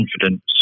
confidence